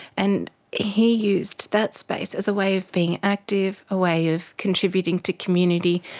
and he used that space as a way of being active, a way of contributing to community,